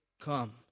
Come